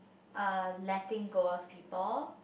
uh letting go of people